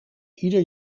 ieder